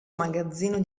magazzino